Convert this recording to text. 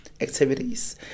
activities